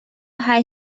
هشت